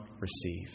receive